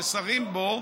ששרים בו,